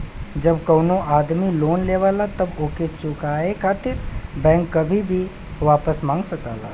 जब कउनो आदमी लोन लेवला तब ओके चुकाये खातिर बैंक कभी भी वापस मांग सकला